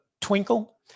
Twinkle